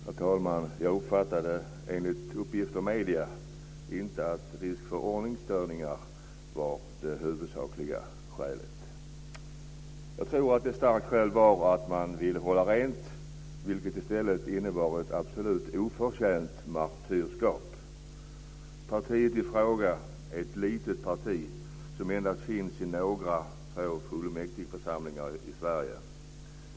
Enligt var jag har uppfattat av uppgifter i medierna, herr talman, var inte risk för ordningsstörningar det huvudsakliga skälet. Jag tror att ett starkt skäl var att man ville hålla rent, vilket i stället innebar ett absolut oförtjänt martyrskap. Partiet i fråga är ett litet parti som endast finns i några få fullmäktigeförsamlingar i Sverige.